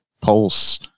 pulse